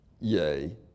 yea